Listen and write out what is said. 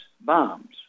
bombs